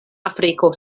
afriko